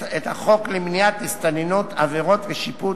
החוק למניעת הסתננות (עבירות ושיפוט),